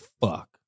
fuck